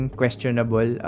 questionable